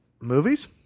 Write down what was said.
Movies